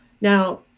Now